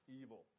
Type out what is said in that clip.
evil